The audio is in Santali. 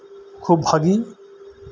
ᱠᱷᱩᱵᱽ ᱵᱷᱟᱜᱮ